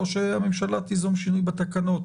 או שהממשלה תיזום שינויים בתקנות.